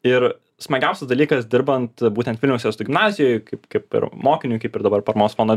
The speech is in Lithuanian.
ir smagiausias dalykas dirbant būtent vilniaus jėzuitų gimnazijoj kaip kaip ir mokiniui kaip ir dabar paramos fondo